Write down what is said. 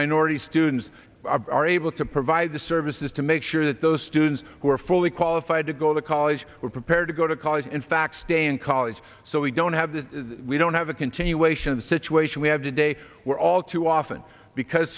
minority students are able to provide the services to make sure that those students who are fully qualified to go to college who are prepared to go to college in fact stay in college so we don't have that we don't have a continuation of the situation we have today were all too often because